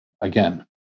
again